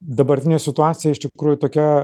dabartinė situacija iš tikrųjų tokia